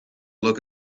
look